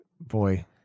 Boy